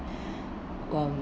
um